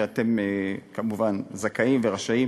ואתם כמובן זכאים ורשאים